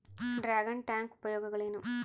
Dragon tank ಉಪಯೋಗಗಳೇನು?